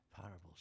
parables